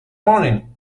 morning